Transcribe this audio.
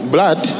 Blood